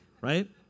right